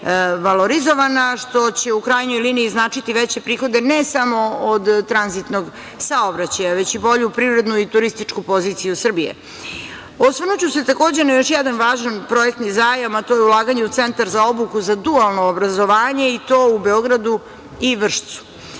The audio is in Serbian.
valorizovana, što će, u krajnjoj liniji, značiti veće prihode, ne samo od tranzitnog saobraćaja, već i bolju privrednu i turističku poziciju Srbije. Osvrnuću se, takođe na još jedan važan projekti zajam, a to je ulaganje u centar za obuku za dualno obrazovanje, i to u Beogradu i